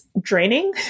draining